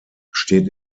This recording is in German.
steht